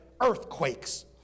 earthquakes